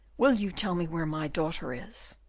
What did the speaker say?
will you tell me where my daughter is?